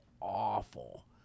awful